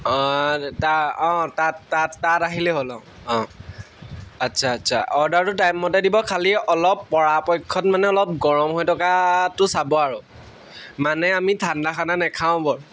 অঁ তাত তাত তাত আহিলেই হ'ল অঁ অঁ আচ্ছা আচ্ছা অৰ্ডাৰটো টাইম মতে দিব খালী অলপ পৰাপক্ষত মানে অলপ গৰম হৈ থকাটো চাব আৰু মানে আমি ঠাণ্ডা খানা নাখাওঁ বৰ